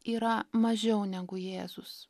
yra mažiau negu jėzus